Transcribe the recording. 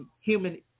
human